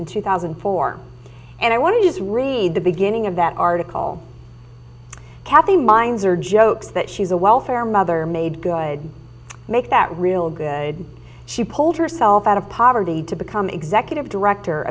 in two thousand and four and i want to do is read the beginning of that article kathy mines are jokes that she's a welfare mother made good make that real good she pulled herself out of poverty to become executive director